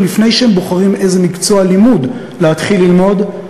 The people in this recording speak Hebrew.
לפני שהם בוחרים איזה מקצוע לימוד להתחיל ללמוד,